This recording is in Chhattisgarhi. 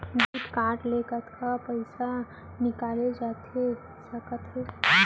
डेबिट कारड ले कतका पइसा निकाले जाथे सकत हे?